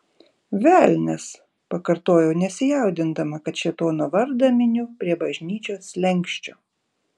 velnias pakartojau nesijaudindama kad šėtono vardą miniu prie bažnyčios slenksčio